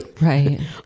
right